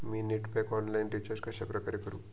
मी net pack online recharge कशाप्रकारे करु?